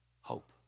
Hope